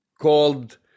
called